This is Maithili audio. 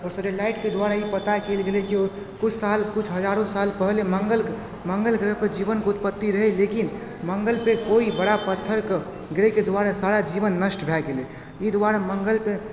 आओर सेटेलाइटके द्वारा ई पता कयल गेलय की कुछ साल कुछ हजारो साल पहिले मंगल ग्रह पर जीवनके उत्पत्ति रहै लेकिन मंगलपे केओ बड़ा पत्थरक गिरै द्वारा सारा जीवन नष्ट भए गेलय ई दुआरे मंगलपे